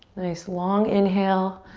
nice, long inhale.